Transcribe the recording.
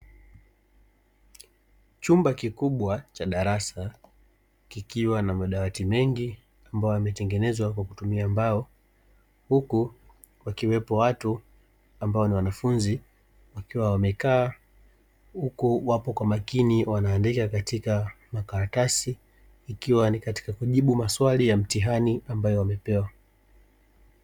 Chumba kikubwa cha darasa kikiwa na madawati mengi ambayo yametengenezwa kwa kutumia mbao, huku wakiwepo watu ambao ni wanafunzi wakiwa wamekaa, huku wapo kwa makini wanaandika katika makaratasi ikiwa ni katika kujibu maswali ya mtihani ambayo wamepewa.